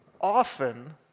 often